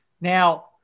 Now